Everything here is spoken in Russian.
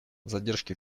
задержки